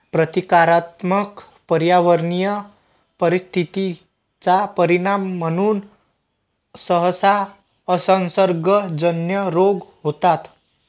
प्रतीकात्मक पर्यावरणीय परिस्थिती चा परिणाम म्हणून सहसा असंसर्गजन्य रोग होतात